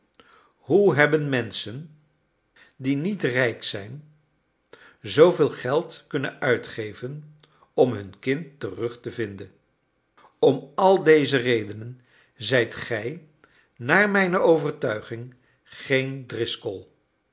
hoe hebben menschen die niet rijk zijn zooveel geld kunnen uitgeven om hun kind terug te vinden om al deze redenen zijt gij naar mijne overtuiging geen driscoll